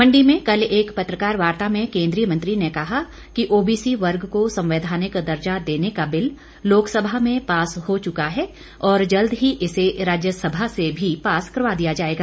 मंडी में कल एक पत्रकार वार्ता में केंद्रीय मंत्री ने कहा कि ओबीसी वर्ग को संवैधानिक दर्जा देने का बिल लोकसभा में पास हो चुका है और जल्द ही इसे राज्यसभा से भी पास करवा दिया जाएगा